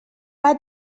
دست